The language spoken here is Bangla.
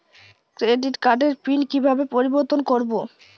ক্রেডিট কার্ডের পিন কিভাবে পরিবর্তন করবো?